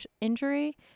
injury